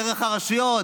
דרך הרשויות,